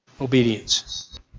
Obedience